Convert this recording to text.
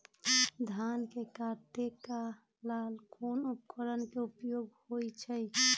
धान के काटे का ला कोंन उपकरण के उपयोग होइ छइ?